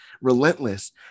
relentless